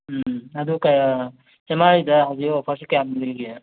ꯎꯝ ꯑꯗꯣ ꯀꯌꯥ ꯑꯦꯝ ꯃꯥꯏꯗ ꯍꯧꯖꯤꯛ ꯑꯣꯐꯔꯁꯦ ꯀ꯭ꯌꯥꯝ ꯂꯩꯒꯦ